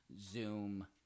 Zoom